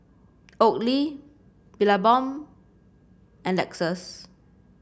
Oakley Billabong and Lexus